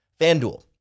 FanDuel